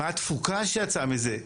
מה התפוקה שיצאה מזה?